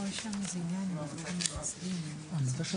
מה שהיושב-ראש מציע הוא ממש לא להתערב לכם, נכון?